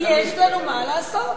כי יש לנו מה לעשות.